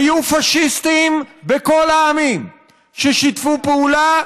היו פאשיסטים בכל העמים ששיתפו פעולה